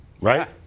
Right